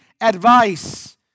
advice